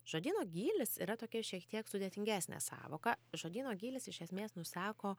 žodyno gylis yra tokia šiek tiek sudėtingesnė sąvoka žodyno gylis iš esmės nusako